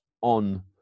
on